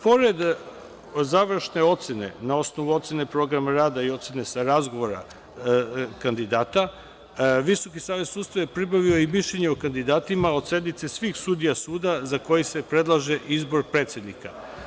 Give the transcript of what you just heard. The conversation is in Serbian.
Pored završne ocene na osnovu ocene programa rada i ocene sa razgovora kandidata, Visoki savet sudstva je pribavio i mišljenje o kandidatima od sednice svih sudija suda za koji se predlaže izbor predsednika.